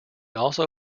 also